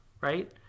right